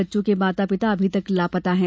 बच्चों के माता पिता अभी तक लापता हैं